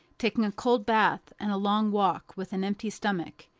taking a cold bath and a long walk with an empty stomach,